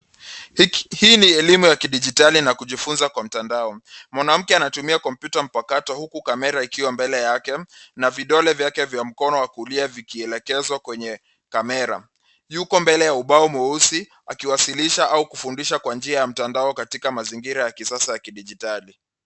Hii ni elimu ya kidijitali na kujifunza kwa mtandao. Mwanamke anatumia kompyuta mpakato huku kamera ikiwa mbele yake na vidole vyake vya mkono wa kulia vikielekezwa kwenye kamera. Yuko mbele ya ubao mweusi akiwasilisha au kufundisha kwa njia ya mtandao katika mazingira ya kisasa ya kidijitali.